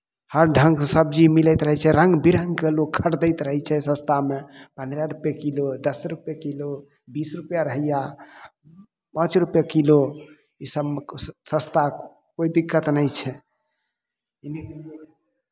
हर ढङ्गसँ सबजी मिलैत रहै छै रङ्ग बिरङ्गके लोक खरिदैत रहै छै सस्तामे पन्द्रह रुपैए किलो दस रुपैए किलो बीस रुपैए अढ़ैआ पाँच रुपैए किलो इसभमे सस्ता कोइ दिक्कत नहि छै दि